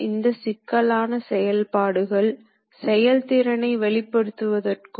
இன்னும் பொதுவாக இரு பரிமாண ரெக்டிலினியர் இயக்கம் ஆகும்